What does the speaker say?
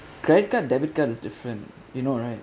credit card debit card is different you know right